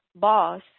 boss